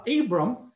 Abram